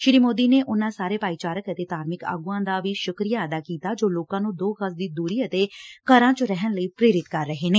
ਸ੍ਰੀ ਮੋਦੀ ਨੇ ਉਨੂਾਂ ਸਾਰੇ ਭਾਈਚਾਰਕ ਅਤੇ ਧਾਰਮਿਕ ਆਗੂਆਂ ਦਾ ਵੀ ਸ਼ੁਕਰੀਆ ਅਦਾ ਕੀਤਾ ਜੋ ਲੋਕਾਂ ਨੂੰ ਦੋ ਗਜ ਦੀ ਦੂਰੀ ਅਤੇ ਘਰਾਂ 'ਚ ਰਹਿਣ ਲਈ ਪ੍ਰੇਰਿਤ ਕਰ ਰਹੇ ਨੇ